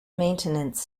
maintenance